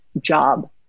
job